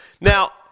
Now